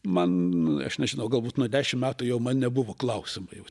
man aš nežinau galbūt nuo dešim metų jau man nebuvo klausimo jau